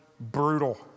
brutal